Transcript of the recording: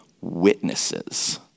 Witnesses